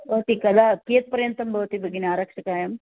भवती खलु कियत्पर्यन्तं भवति भगिनि आरक्षिकायाम्